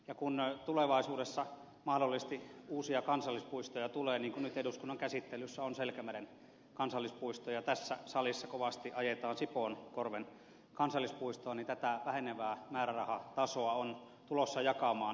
ja kun tulevaisuudessa mahdollisesti uusia kansallispuistoja tulee niin kuin nyt eduskunnan käsittelyssä on selkämeren kansallispuisto ja tässä salissa kovasti ajetaan sipoonkorven kansallispuistoa niin tätä vähenevää määrärahatasoa on tulossa jakamaan uusia toimijoita